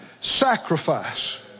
sacrifice